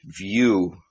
view